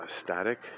static